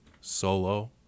solo